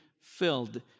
filled